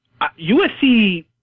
USC